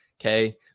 Okay